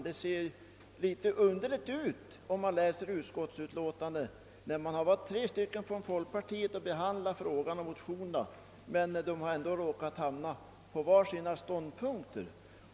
Det ser något underligt ut när man i utskottsutlåtandet finner att de tre folkpartister som varit med om behandlingen av motionerna i denna fråga råkat hamna på skilda ståndpunkter.